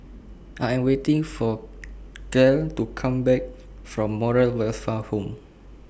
I Am waiting For Clell to Come Back from Moral Welfare Home